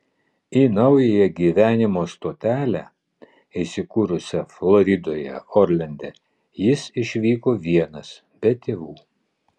į naująją gyvenimo stotelę įsikūrusią floridoje orlande jis išvyko vienas be tėvų